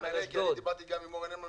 אני גם דיברתי עם אורן הלמן.